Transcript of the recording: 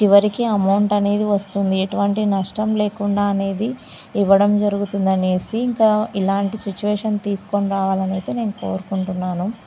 చివరికి అమౌంట్ అనేది వస్తుంది ఎటువంటి నష్టం లేకుండా అనేది ఇవ్వడం జరుగుతుంది అని ఇంకా ఇలాంటి సిట్యుయేషన్ తీసుకొని రావాలి అని అయితే నేను కోరుకుంటున్నాను